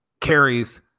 carries